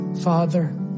father